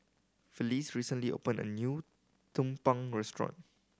Felicie recently opened a new tumpeng restaurant